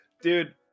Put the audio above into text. Dude